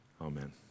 Amen